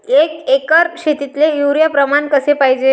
एक एकर शेतीले युरिया प्रमान कसे पाहिजे?